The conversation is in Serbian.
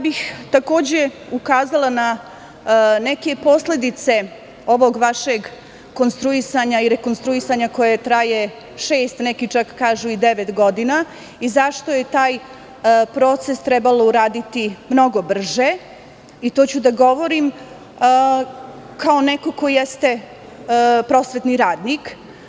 Takođe bih ukazala na neke posledice ovog vašeg konstruisanja i rekonstruisanja koje traje šest, neki čak kažu i devet godina i zašto je taj proces trebalo uraditi mnogo brže i to ću da govorim kao neko ko jeste prosvetni radnik.